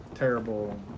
terrible